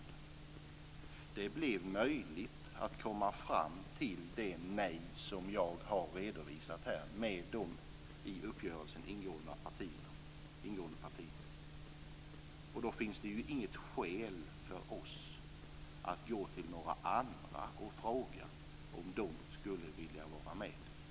Det blev möjligt att komma fram till det nej som jag har redovisat här med de i uppgörelsen ingående partierna. Då finns det inget skäl för oss att gå till några andra och fråga om de skulle vilja vara med.